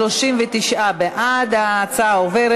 התשע"ה 2015,